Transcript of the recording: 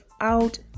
out